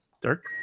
dirk